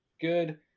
Good